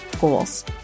goals